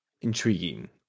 intriguing